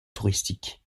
touristique